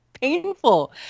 painful